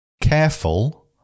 Careful